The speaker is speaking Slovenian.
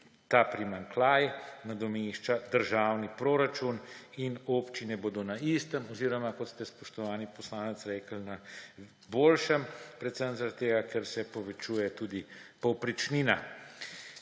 ta primanjkljaj nadomešča državni proračun. Občine bodo na istem oziroma, kot ste, spoštovani poslanec, rekli, na boljšem predvsem zaradi tega, ker se povečuje tudi povprečnina.